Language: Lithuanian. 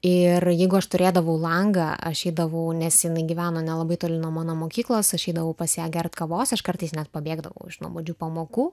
ir jeigu aš turėdavau langą aš eidavau nes jinai gyveno nelabai toli nuo mano mokyklos aš eidavau pas ją gert kavos aš kartais net pabėgdavau iš nuobodžių pamokų